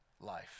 life